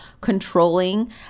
controlling